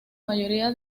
mayoría